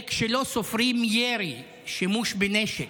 זה כשלא סופרים ירי, שימוש בנשק.